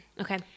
Okay